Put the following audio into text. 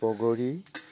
বগৰী